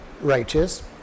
righteous